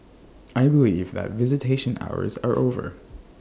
I believe that visitation hours are over